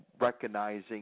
recognizing